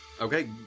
okay